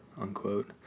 unquote